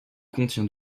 contient